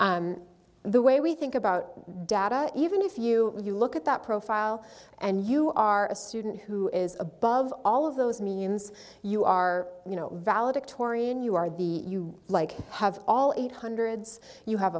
the way we think about data even if you you look at that profile and you are a student who is above all of those means you are valedictorian you are the you like have all eight hundreds you have